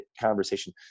conversation